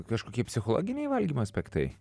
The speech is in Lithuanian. kažkokie psichologiniai valdymo aspektai